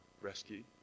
rescue